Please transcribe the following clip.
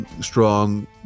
strong